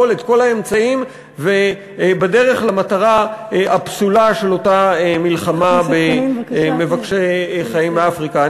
האמצעים בדרך המטרה הפסולה של אותה מלחמה במבקשי חיים באפריקה.